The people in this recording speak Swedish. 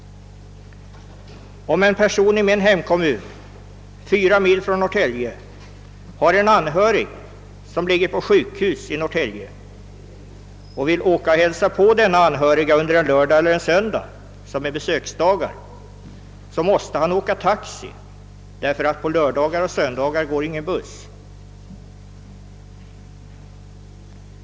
Om en person i min hemkommun, fyra mil från Norrtälje, har en anhörig som ligger på sjukhus i Norrtälje och vill hälsa på denne under en lördag eller en söndag, som är besöksdagar, så måste han åka taxi. På lördagar och söndagar går nämligen ingen buss.